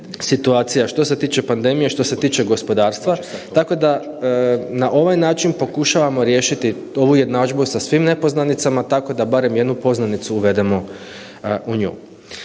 što se tiče pandemije, što se tiče gospodarstva, tako da na ovaj način pokušavamo riješiti ovu jednadžbu sa svim nepoznanicama tako da barem jednu poznanicu uvedemo u nju.